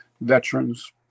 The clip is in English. veterans